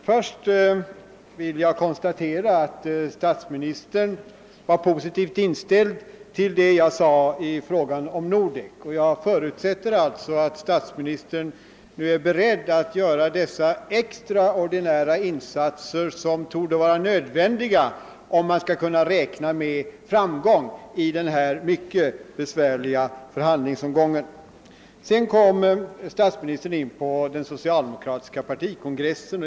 Herr talman! Jag vill först konstatera att statsministern var positivt inställd till vad jag sade i fråga om Nordek. Jag förutsätter alltså att statsministern nu är beredd att göra de extraordinära insatser som torde vara nödvändiga om man skall kunna räkna med framgång i denna mycket besvärliga förhandlingsomgång. Statsministern berörde sedan den socialdemokratiska partikongressen.